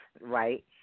right